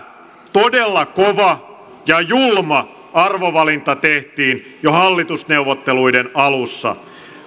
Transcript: todella kova ja julma arvovalinta tehtiin jo hallitusneuvotteluiden alussa